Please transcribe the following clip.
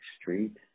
street